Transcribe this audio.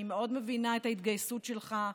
אני מאוד מבינה את ההתגייסות שלך,